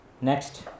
next